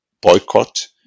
boycott